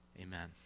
Amen